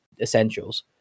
essentials